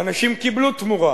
ואנשים קיבלו תמורה